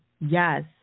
Yes